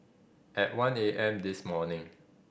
at one A M this morning